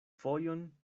fojon